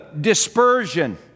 dispersion